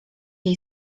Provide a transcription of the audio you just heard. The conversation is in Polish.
jej